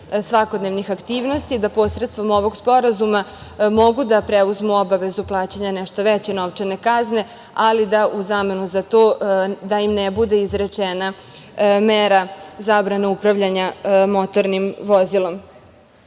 svakodnevnih aktivnosti, da posredstvom ovog sporazuma mogu da preuzmu obavezu plaćanja nešto veće novčane kazne, ali u zamenu za to da im ne bude izrečena mera zabrane upravljanja motornim vozilom. Dakle,